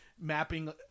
mapping